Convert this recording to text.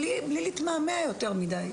בלי להתמהמה יותר מידי.